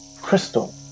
crystal